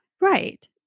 Right